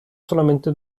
solamente